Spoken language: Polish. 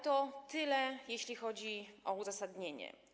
To tyle, jeśli chodzi o uzasadnienie.